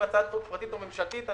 אם הצעת חוק פרטית או ממשלתית,